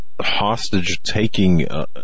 hostage-taking